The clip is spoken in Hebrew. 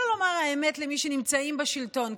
שלא לומר "למי שנמצאים בשלטון",